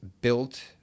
built